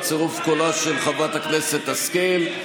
בצירוף קולה של חברת הכנסת השכל,